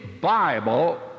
Bible